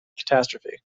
catastrophe